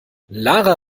lara